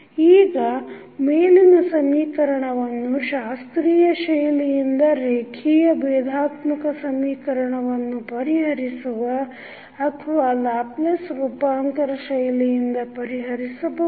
ಈಗ ಮೇಲಿನ ಸಮೀಕರಣವನ್ನು ಶಾಸ್ತ್ರೀಯ ಶೈಲಿಯಿಂದ ರೇಖಿಯ ಭೇದಾತ್ಮಕ ಸಮೀಕರಣವನ್ನು ಪರಿಹರಿಸುವ ಅಥವಾ ಲ್ಯಾಪ್ಲೇಸ್ ರೂಪಾಂತರ ಶೈಲಿಯಿಂದ ಪರಿಹರಿಸಬಹುದು